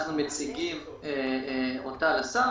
אנחנו מציגים אותה לשר,